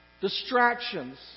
Distractions